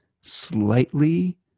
slightly